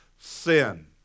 sin